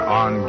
on